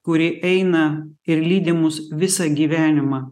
kuri eina ir lydimus visą gyvenimą